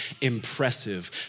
impressive